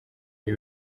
ari